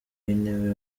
intebe